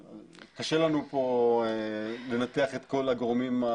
קשה לנו פה לנתח את כול הגורמים,